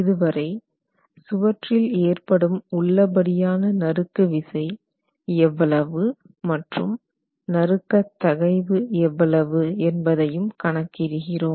இதுவரை சுவற்றில் ஏற்படும் உள்ளபடியான நறுக்கு விசை எவ்வளவு மற்றும் நறுக்கத் தகைவு fv எவ்வளவு என்பதையும் கணக்கிடுகிறோம்